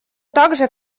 также